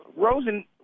Rosen